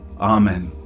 Amen